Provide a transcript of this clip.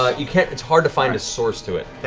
like it's hard to find a source to it.